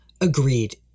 Agreed